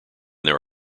there